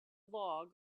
log